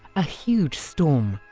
a huge storm,